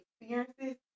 experiences